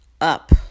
up